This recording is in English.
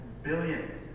billions